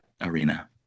arena